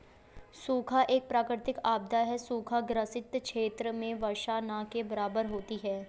सूखा एक प्राकृतिक आपदा है सूखा ग्रसित क्षेत्र में वर्षा न के बराबर होती है